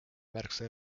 märksa